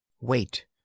Wait